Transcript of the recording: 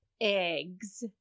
eggs